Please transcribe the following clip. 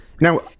now